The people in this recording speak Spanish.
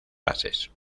bases